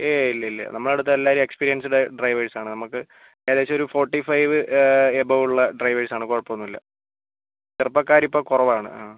ഏയ് ഇല്ലില്ല നമ്മുടെയടുത്ത് എല്ലാവരും എക്സ്പീരിയൻസ്ഡ് ഡ്രൈവേർസ് ആണ് നമുക്ക് ഏകദേശം ഒരു ഫോർട്ടി ഫൈവ് എബവ്വ് ഉള്ള ഡ്രൈവേർസ് ആണ് കുഴപ്പമൊന്നുമില്ല ചെറുപ്പക്കാരിപ്പോൾ കുറവാണ് ആ